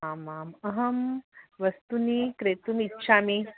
आम् आम् अहं वस्तूनि क्रेतुमिच्छामि